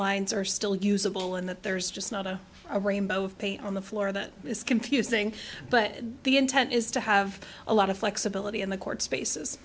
lines are still usable in that there is just not a rainbow of paint on the floor that is confusing but the intent is to have a lot of flexibility in the court spaces